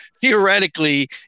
theoretically